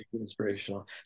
inspirational